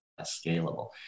scalable